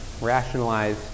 rationalize